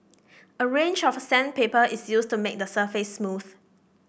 a range of sandpaper is used to make the surface smooth